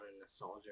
nostalgia